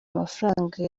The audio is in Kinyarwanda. amafaranga